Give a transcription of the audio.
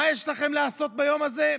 מה יש לכם לעשות ביום הזה?